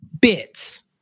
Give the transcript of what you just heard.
Bits